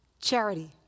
charity